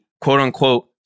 quote-unquote